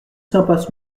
impasse